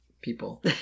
people